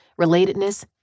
relatedness